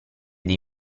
dei